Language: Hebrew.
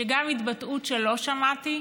שגם התבטאות שלו שמעתי,